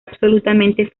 absolutamente